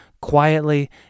quietly